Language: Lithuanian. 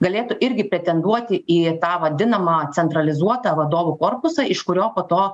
galėtų irgi pretenduoti į tą vadinamą centralizuotą vadovų korpusą iš kurio po to